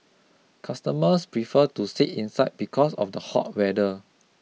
customers prefer to sit inside because of the hot weather